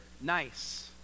nice